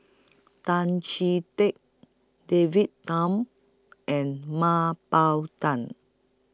Tan Chee Teck David Tham and Mah Bow Tan